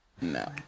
No